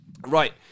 Right